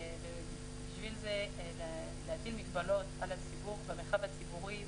בשביל זה להטיל מגבלות על הציבור במרחב הציבורי,